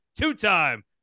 two-time